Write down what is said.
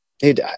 Dude